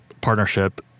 partnership